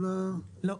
לא.